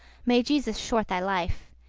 may jesus short thy life.